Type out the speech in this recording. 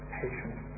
patience